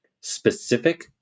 specific